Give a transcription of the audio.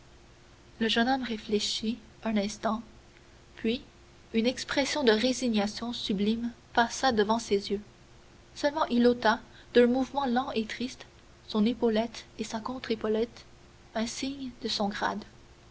le jeune homme réfléchit un instant puis une expression de résignation sublime passa dans ses yeux seulement il ôta d'un mouvement lent et triste son épaulette et sa contre épaulette insignes de son grade